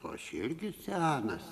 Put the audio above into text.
aš irgi senas